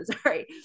Sorry